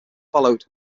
followed